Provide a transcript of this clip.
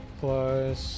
plus